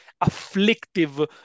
afflictive